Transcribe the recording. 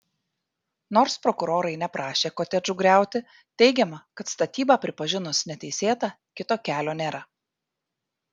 nors prokurorai neprašė kotedžų griauti teigiama kad statybą pripažinus neteisėta kito kelio nėra